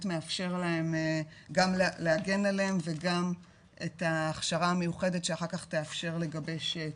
מאפשר להם גם להגן עליהם וגם את ההכשרה המיוחדת שאחר כך תאפשר לגבש תיק.